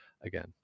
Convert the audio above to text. again